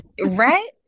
Right